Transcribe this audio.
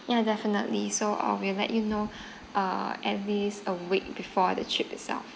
ya definitely so uh we'll let you know uh at least a week before the trip itself